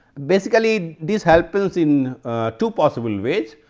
basically, this helps in ah two possible ways,